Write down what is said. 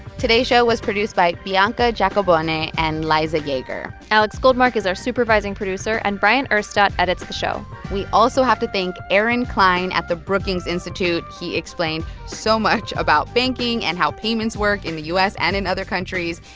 today's show was produced by bianca giacobone and liza yeager alex goldmark is our supervising producer, and bryant urstadt edits the show we also have to thank aaron klein at the brookings institute. he explained so much about banking and how payments work in the u s. and in other countries.